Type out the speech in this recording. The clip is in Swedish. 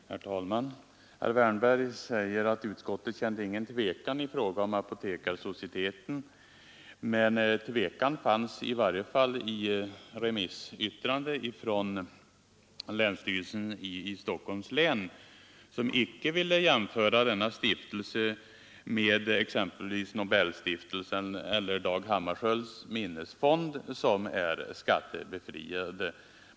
Herr talman! Herr Wärnberg säger att utskottet inte kände tvekan i fråga om Apotekarsocieteten. Men tvekan fanns i varje fall i remissyttrandet från länsstyrelsen i Stockholms län, som inte ville jämföra denna stiftelse med exempelvis Nobelstiftelsen eller Dag Hammarskjölds minnesfond, vilka är skattebefriade.